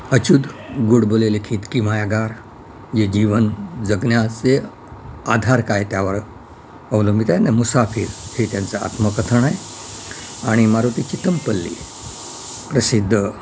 अच्युत गोडबोले लिखित किमयागार जे जीवन जगण्याचे आधार काय त्यावर अवलंबित आहे न मुसाफिर हे त्यांचं आत्मकथन आहे आणि मारुती चितमपल्ली प्रसिद्ध